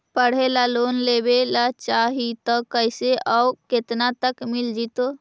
पढ़े ल लोन लेबे ल चाह ही त कैसे औ केतना तक मिल जितै?